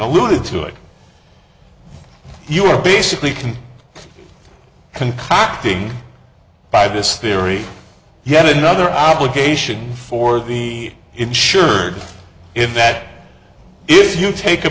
alluded to it you're basically can concocting by this theory yet another application for the insured if that is you take a